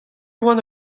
oan